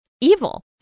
evil